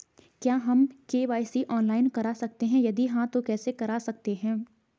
क्या हम KYC online करा सकते हैं यदि हाँ तो कैसे करा सकते हैं?